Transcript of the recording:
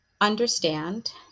understand